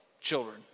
children